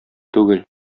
түгел